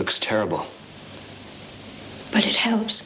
looks terrible but it helps